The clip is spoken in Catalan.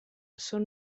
són